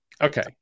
Okay